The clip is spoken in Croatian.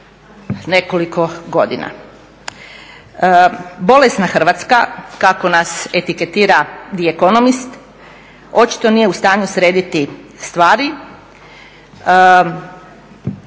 nekoliko godina. "Bolesna Hrvatska" kako nas etiketira "The Economist" očito nije u stanju srediti stvari